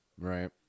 Right